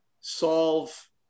solve